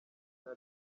nta